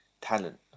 talent